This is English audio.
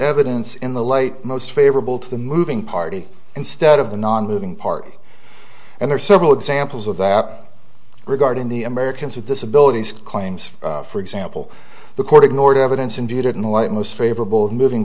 evidence in the light most favorable to the moving party instead of the nonmoving part and there are several examples of that regarding the americans with disability claims for example the court ignored evidence and viewed it in the light most favorable of moving